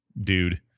dude